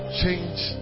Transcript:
change